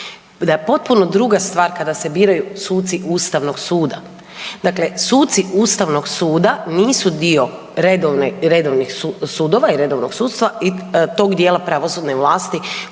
da je potpuno druga stvar kada se biraju suci Ustavnog suda. Dakle, suci Ustavnog suda nisu dio redovnih sudova i redovnog sudstva i tog dijela pravosudne vlasti